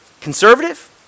conservative